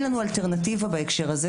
השינוי היחיד